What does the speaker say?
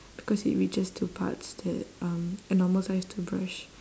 because it reaches to parts that um a normal size toothbrush